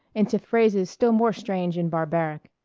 into phrases still more strange and barbaric.